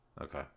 Okay